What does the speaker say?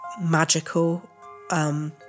magical